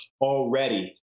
already